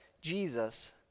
Jesus